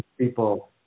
People